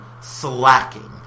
slacking